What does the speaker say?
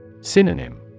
Synonym